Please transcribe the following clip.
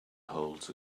holds